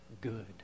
good